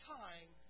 time